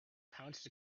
pounced